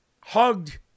hugged